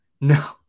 No